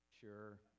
Sure